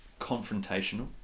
confrontational